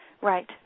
Right